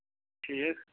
ٹھیٖک